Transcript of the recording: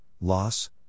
loss